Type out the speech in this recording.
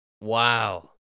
Wow